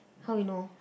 how you know